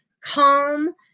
calm